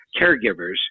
caregivers